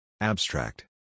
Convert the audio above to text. Abstract